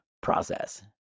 process